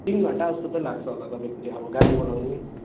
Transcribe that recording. तिन घण्टा जस्तो चाहिँ लाग्छ होला तपाईँको त्यो अब गाडी बनाउनु